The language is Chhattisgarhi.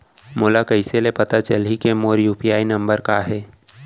मोला कइसे ले पता चलही के मोर यू.पी.आई नंबर का हरे?